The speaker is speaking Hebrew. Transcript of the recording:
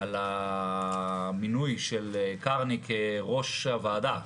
על המינוי של קרני כראש הוועדה.